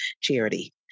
charity